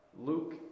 Luke